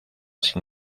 sin